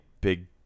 big